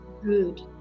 good